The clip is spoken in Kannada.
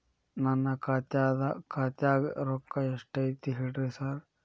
ನನ್ ಖಾತ್ಯಾಗ ರೊಕ್ಕಾ ಎಷ್ಟ್ ಐತಿ ಹೇಳ್ರಿ ಸಾರ್?